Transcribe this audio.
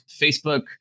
Facebook